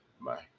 bye